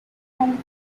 and